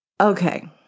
Okay